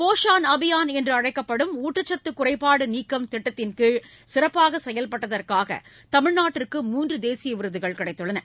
போஷான் அபியான் என்றழைக்கப்படும் ஊட்டச்சத்து குறைப்பாடு நீக்கம் திட்டத்தின்கீழ் சிறப்பாக செயல்பட்டதற்காக தமிழ்நாட்டிற்கு மூன்று தேசிய விருதுகள் கிடைத்துள்ளன